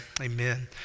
amen